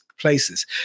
places